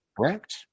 correct